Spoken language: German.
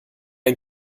ein